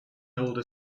older